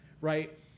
right